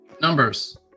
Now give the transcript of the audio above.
numbers